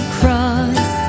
cross